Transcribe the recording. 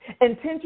Intentions